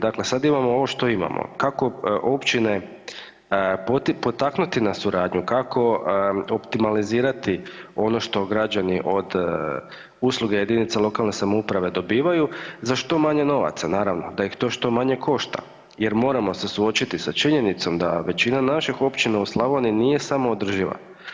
Dakle sad imamo ovo što imamo, kako općine potaknuti na suradnju, kako optimalizirati ono što građani od usluge jedinice lokalne samouprave dobivaju za što manje novaca naravno, da ih to što manje košta jer moramo se suočiti sa činjenicom da većina naših općina u Slavoniji nije samoodrživa.